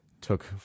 took